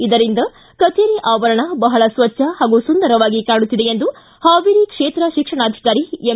ಇದರಿಂದ ಕಚೇರಿ ಆವರಣ ಬಹಳ ಸ್ವಚ್ಚ ಹಾಗೂ ಸುಂದರವಾಗಿ ಕಾಣುತ್ತಿದೆ ಎಂದು ಹಾವೇರಿ ಕ್ಷೇತ್ರ ಶಿಕ್ಷಣಾಧಿಕಾರಿ ಎಂ